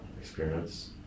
experience